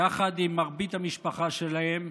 יחד עם מרבית המשפחה שלהם,